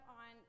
on